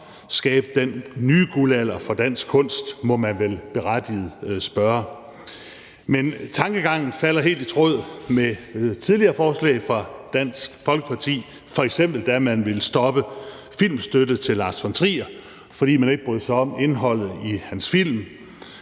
skabe den nye guldalder for dansk kunst? må man vel berettiget spørge. Den tankegang falder helt i tråd med tidligere forslag fra Dansk Folkepartis side, f.eks. da man ville stoppe filmstøtten til Lars von Trier, fordi man ikke brød sig om indholdet i hans film,